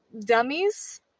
dummies